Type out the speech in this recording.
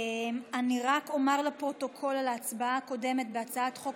רק אומר לפרוטוקול על ההצבעה הקודמת בהצעת חוק